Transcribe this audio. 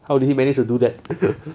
how did you manage to do that